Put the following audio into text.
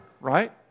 right